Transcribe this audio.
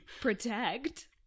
protect